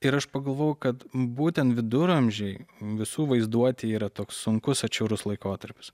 ir aš pagalvojau kad būtent viduramžiai visų vaizduotėje yra toks sunkus atšiaurus laikotarpis